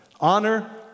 Honor